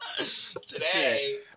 Today